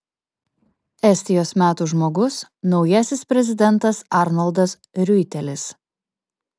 estijos metų žmogus naujasis prezidentas arnoldas riuitelis